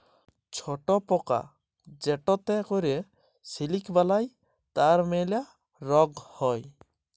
ছট পকা যেটতে ক্যরে সিলিক বালাই তার ম্যালা রগ হ্যয়